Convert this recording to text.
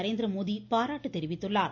நரேந்திரமோதி பாராட்டு தெரிவித்துள்ளார்